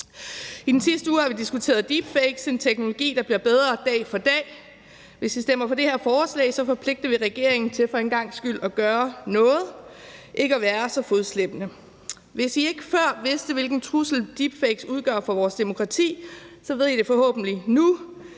I den sidste uge har vi diskuteret deepfake, en teknologi, der bliver bedre dag for dag, og hvis I stemmer for det her forslag, så forpligter vi regeringen til for en gangs skyld at gøre noget og ikke at være så fodslæbende. Hvis I ikke før vidste, hvilken trussel deepfake udgør for vores demokrati, ved I det forhåbentlig nu.